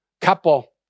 couple